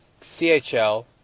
CHL